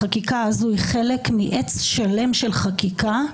החקיקה הזאת היא חלק מעץ שלם של חקיקה,